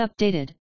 Updated